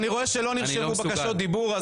אני רואה שלא נרשמו בקשות דיבור.